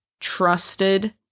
trusted